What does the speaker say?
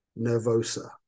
nervosa